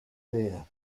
beer